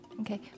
Okay